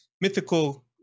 mythical